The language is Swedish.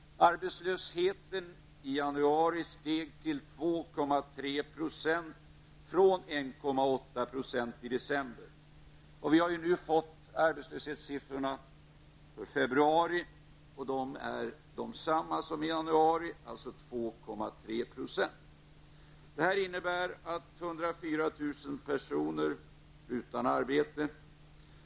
Arbetslösheten i januari steg till 2,3 % från 1,8 % i december 1990. Arbetslöshetssiffrorna för februari har nu kommit, och de är desamma som för januari, dvs. 2,3 %. Det innebär att 104 000 personer är utan arbete.